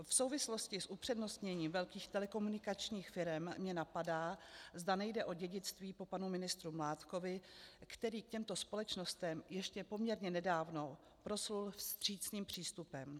V souvislosti s upřednostněním velkých telekomunikačních firem mě napadá, zda nejde o dědictví po panu ministru Mládkovi, který k těmto společnostem ještě poměrně nedávno proslul vstřícným přístupem.